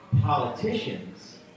politicians